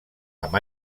amb